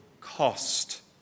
cost